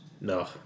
No